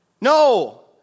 No